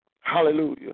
Hallelujah